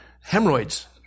hemorrhoids